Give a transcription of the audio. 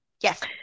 Yes